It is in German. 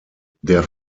der